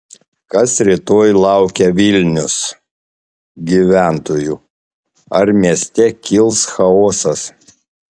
kas rytoj laukia vilnius gyventojų ar mieste kils chaosas